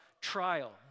trial